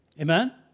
Amen